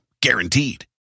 Guaranteed